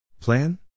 Plan